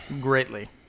greatly